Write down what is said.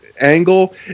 angle